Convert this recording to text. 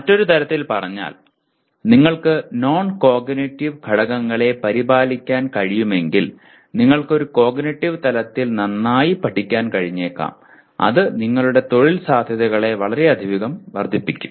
മറ്റൊരു തരത്തിൽ പറഞ്ഞാൽ നിങ്ങൾക്ക് നോൺ കോഗ്നിറ്റീവ് ഘടകങ്ങളെ പരിപാലിക്കാൻ കഴിയുമെങ്കിൽ നിങ്ങൾക്ക് ഒരു കോഗ്നിറ്റീവ് തലത്തിൽ നന്നായി പഠിക്കാൻ കഴിഞ്ഞേക്കും അത് നിങ്ങളുടെ തൊഴിൽ സാധ്യതകളെ വളരെയധികം വർദ്ധിപ്പിക്കും